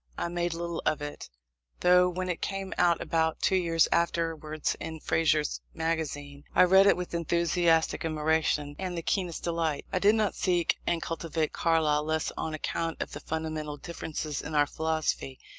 i made little of it though when it came out about two years afterwards in fraser's magazine i read it with enthusiastic admiration and the keenest delight. i did not seek and cultivate carlyle less on account of the fundamental differences in our philosophy.